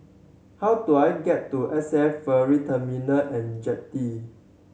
how do I get to S A F Ferry Terminal And Jetty